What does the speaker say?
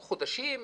חודשים,